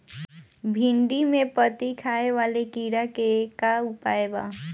भिन्डी में पत्ति खाये वाले किड़ा के का उपाय बा?